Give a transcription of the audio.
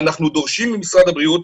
ואנחנו דורשים ממשרד הבריאות,